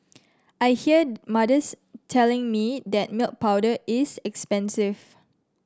I hear mothers telling me that milk powder is expensive